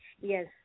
yes